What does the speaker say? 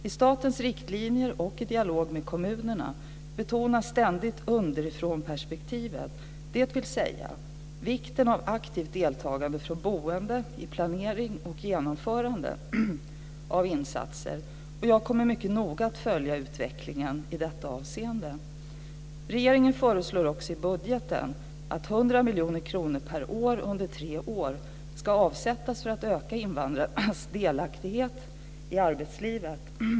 I statens riktlinjer, och i dialogen med kommunerna, betonas ständigt underifrånperspektivet, dvs. vikten av aktivt deltagande från boende i planering och genomförande av insatser. Jag kommer mycket noga att följa utvecklingen i detta avseende. miljoner kronor per år under tre år ska avsättas för att öka invandrarnas delaktighet i arbetslivet.